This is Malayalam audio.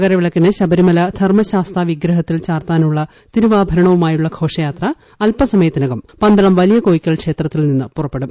മകരവിളക്കിന് ശബരിമല ധർമ്മശാസ്ത വിഗ്രഹത്തിൽ ചാർത്താനുള്ള തിരുവാഭരണവുമായുള്ള ഘോഷയാത്ര അൽസമയത്തിനകം പന്തളം വലിയകോയിക്കൽ ക്ഷേത്രത്തിൽ നിന്ന് കൊട്ടാരത്തിൽ പുറപ്പെടും